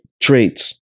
traits